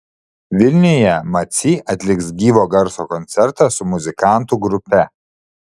vilniuje macy atliks gyvo garso koncertą su muzikantų grupe